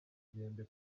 gihembwe